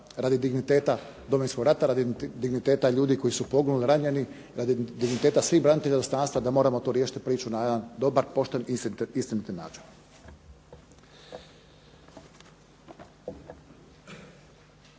radi digniteta Domovinskog rata, radi digniteta ljudi koji su poginuli, ranjeni, radi digniteta svih branitelja .../Govornik se ne razumije./... da moramo tu riješiti priču na jedan dobar, pošten, istiniti način.